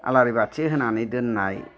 आलारि बाथि होनानै दोननाय